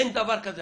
אין דבר כזה.